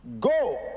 go